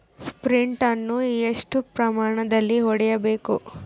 Sprint ಅನ್ನು ಎಷ್ಟು ಪ್ರಮಾಣದಲ್ಲಿ ಹೊಡೆಯಬೇಕು?